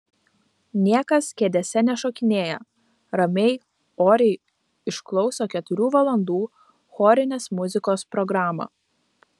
niekas kėdėse nešokinėja ramiai oriai išklauso keturių valandų chorinės muzikos programą